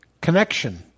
connection